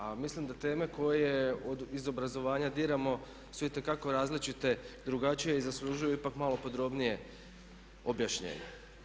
A mislim da teme koje iz obrazovanja diramo su itekako različite, drugačije i zaslužuju ipak malo podrobnije objašnjenje.